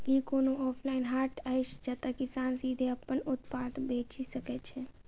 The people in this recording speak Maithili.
की कोनो ऑनलाइन हाट अछि जतह किसान सीधे अप्पन उत्पाद बेचि सके छै?